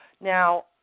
now